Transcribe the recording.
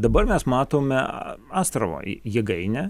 dabar mes matome astravo jėgainę